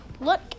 Look